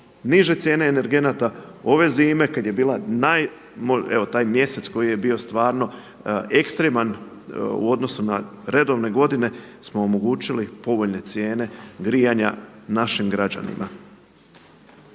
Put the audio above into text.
niže cijene energenata. Ove zime kad je bila naj, evo taj mjesec koji je bio ekstreman u odnosu na redovne godine smo omogućili povoljne cijene grijanja našim građanima.